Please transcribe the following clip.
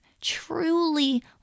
truly